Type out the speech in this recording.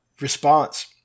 response